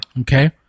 Okay